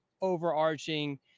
overarching